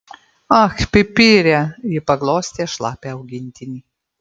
ak pipire ji paglostė šlapią augintinį